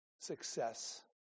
success